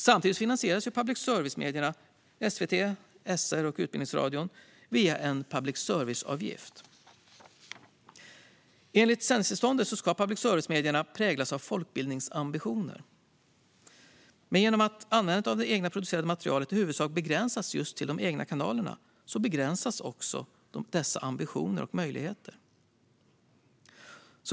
Samtidigt finansieras public service-medierna SVT, SR och Utbildningsradion via en public service-avgift. Enligt sändningstillståndet ska public service-medierna "präglas av folkbildningsambitioner". Men genom att användandet av det egna producerade materialet i huvudsak begränsas just till de egna kanalerna begränsas också dessa ambitioner och möjligheter.